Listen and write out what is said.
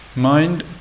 mind